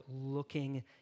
looking